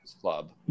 club